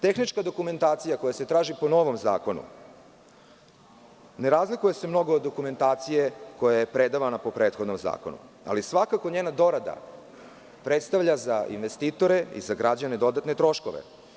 Tehnička dokumentacija koja se traži po novom zakonu ne razlikuje se mnogo od dokumentacija koja je predavana po prethodnom zakonu ali svakako njena dorada predstavlja za investitore i za građane dodatne troškove.